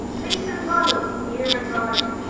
beef and bottles, beer and bones,